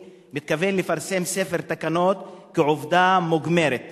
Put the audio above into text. מתכוון לפרסם ספר תקנות כעובדה מוגמרת,